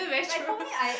like for me I